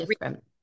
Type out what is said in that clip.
different